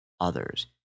others